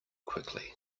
quickly